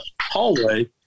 hallway